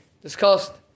discussed